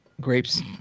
Grapes